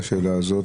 בפרוטוקול.